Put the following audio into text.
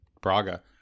Braga